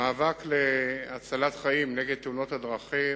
המאבק נגד תאונות הדרכים,